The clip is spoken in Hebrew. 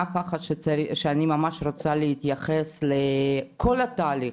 שאני ממש רוצה להתייחס לכל התהליך.